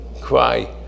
cry